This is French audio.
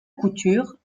couture